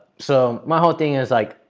so, my whole thing is like,